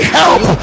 help